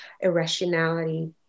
irrationality